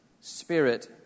spirit